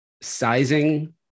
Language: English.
sizing